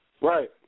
Right